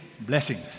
blessings